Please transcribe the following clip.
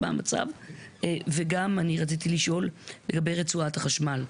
וגם רציתי לשאול לגבי רצועת החשמל.